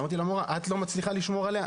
ואמרתי למורה את לא מצליחה לשמור עליה,